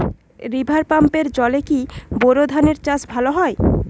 River পাম্পের জলে কি বোর ধানের চাষ ভালো হয়?